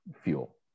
fuel